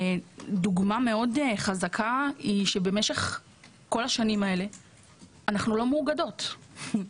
דוגמה מאוד חזקה היא שבמשך כל השנים האלה אנחנו לא מאוגדות,